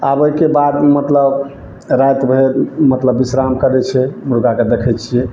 आबैके बादमे मतलब राति भरि मतलब बिश्राम करै छै मुर्गाके देखैत छियै